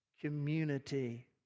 community